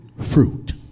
fruit